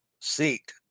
seat